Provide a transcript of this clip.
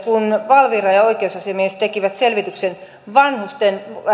kun valvira ja oikeusasiamies tekivät selvityksen vanhusten